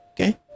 Okay